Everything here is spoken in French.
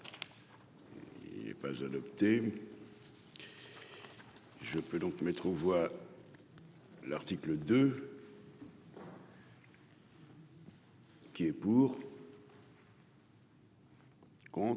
il est pas adopté, je peux donc mettre aux voix l'article de. Qui est pour. Contre.